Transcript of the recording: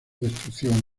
destrucción